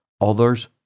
others